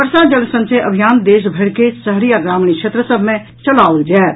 वर्षा जल संचय अभियान देश भरिक शहरी आ ग्रामीण क्षेत्र सभ मे चलाओल जाएत